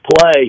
play